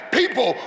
people